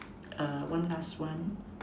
err one last one